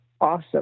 awesome